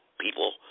people